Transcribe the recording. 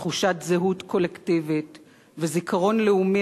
תחושת זהות קולקטיבית וזיכרון לאומי